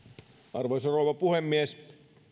arvoisa rouva puhemies